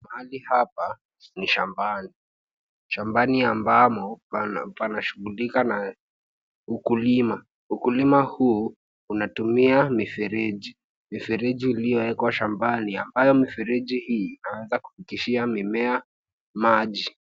Mahali hapa ni shambani, shambani ambamo pana shughulika na ukulima. Ukulima huu unatumia mifereji, mifereji iliyowekwa shambani ambayo mifereji hii inaanza kufikishia mimea maji.